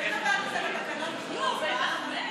דבר כזה בתקנון ביטול הצבעה?